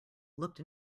looked